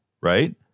right